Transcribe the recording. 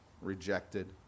rejected